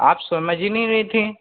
आप समझ ही नहीं रही थी